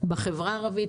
בחברה הערבית.